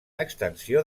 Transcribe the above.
extensió